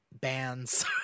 bands